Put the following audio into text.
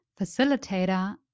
facilitator